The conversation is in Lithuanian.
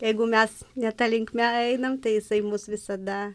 jeigu mes ne ta linkme einam tai jisai mus visada